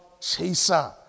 chaser